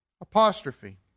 apostrophe